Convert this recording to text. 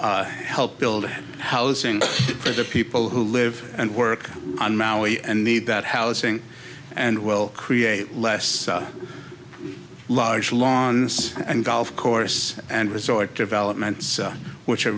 help build housing for the people who live and work on maui and need that housing and will create less large lawns and golf course and resort development which are